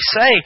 say